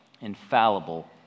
infallible